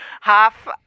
Half